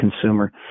consumer